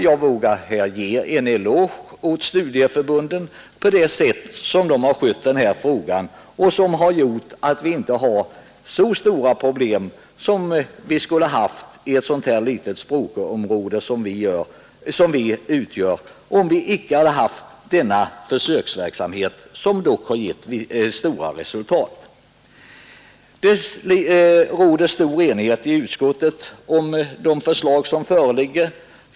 Jag vågar ge en eloge åt studieförbunden för att de har skött den här frågan på ett sådant sätt att vi inte har så stora problem som vi, i det lilla språkområde vi utgör, skulle ha haft om denna försöksverksamhet inte bedrivits. Den har dock gett betydande resultat. Det råder stor enighet i utskottet om de förslag som föreligger.